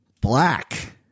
Black